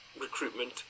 recruitment